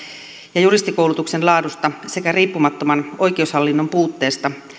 ja juristikoulutuksen laadusta sekä riippumattoman oikeushallinnon puutteesta